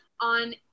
on